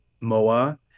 Moa